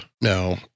no